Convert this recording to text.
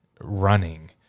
running